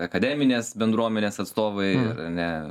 akademinės bendruomenės atstovai ar ne